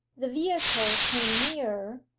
the vehicle came nearer,